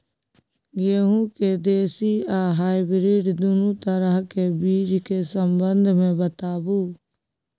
गेहूँ के देसी आ हाइब्रिड दुनू तरह के बीज के संबंध मे बताबू?